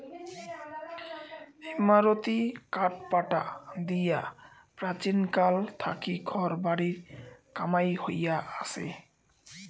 ইমারতী কাঠপাটা দিয়া প্রাচীনকাল থাকি ঘর বাড়ির কামাই হয়া আচে